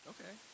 Okay